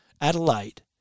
Adelaide